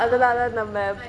அதனாலே நம்ம:athanaale namma